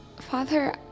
Father